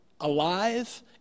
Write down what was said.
alive